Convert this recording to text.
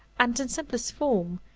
and, in simplest form,